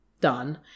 done